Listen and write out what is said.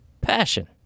passion